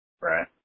Right